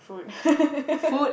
food